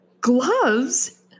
Gloves